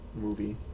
movie